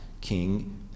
King